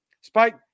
spike